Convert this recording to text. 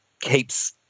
keeps